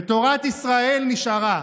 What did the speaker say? ותורת ישראל נשארה.